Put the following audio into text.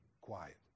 Quiet